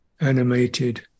animated